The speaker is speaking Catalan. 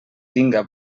tinga